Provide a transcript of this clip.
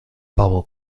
bubble